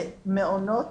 ומעונות,